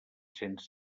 cents